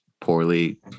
poorly